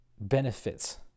benefits